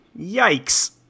Yikes